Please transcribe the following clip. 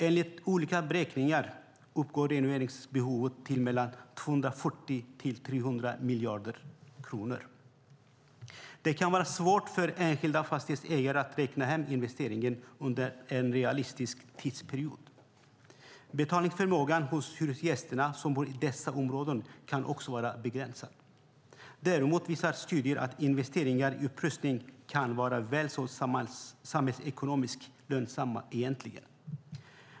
Enligt olika beräkningar uppgår renoveringsbehovet till mellan 240 och 300 miljarder kronor. Det kan vara svårt för enskilda fastighetsägare att räkna hem investeringen under en realistisk tidsperiod. Betalningsförmågan hos de hyresgäster som bor i dessa områden kan också vara begränsad. Däremot visar studier att investeringar i upprustning kan vara samhällsekonomiskt lönsamma.